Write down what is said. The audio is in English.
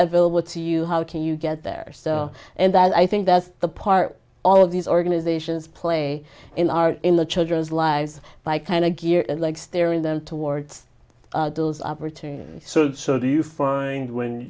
available to you how can you get there so and that i think that's the part all of these organizations play in our in the children's lives by kind of gear like staring them towards those opportunities so do you find when